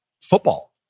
football